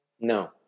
No